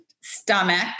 stomach